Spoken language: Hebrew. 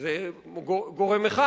זה גורם אחד.